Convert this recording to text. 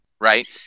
right